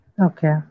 Okay